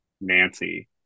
Nancy